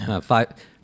five